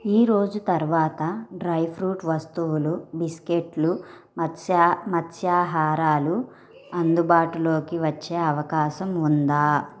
ఈరోజు తరువాత dry fruit వస్తువులు బిస్కెట్లు మత్స్యా మత్స్యాహారాలు అందుబాటులోకి వచ్చే అవకాశం ఉందా